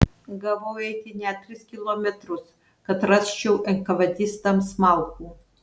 gavau eiti net tris kilometrus kad rasčiau enkavedistams malkų